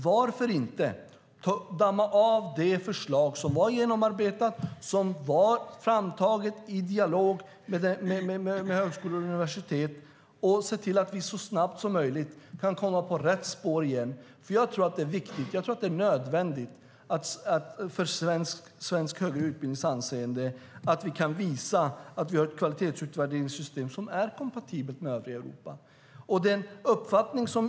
Varför inte damma av det förslag som var genomarbetat, som var framtaget i dialog med högskolor och universitet, och se till att vi så snabbt som möjligt kan komma på rätt spår igen? Jag tror att det är viktigt och nödvändigt för svensk högre utbildnings anseende att vi kan visa att vi har ett kvalitetsutvärderingssystem som är kompatibelt med övriga Europas.